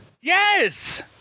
Yes